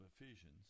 Ephesians